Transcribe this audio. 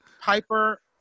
Piper